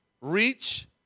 Reach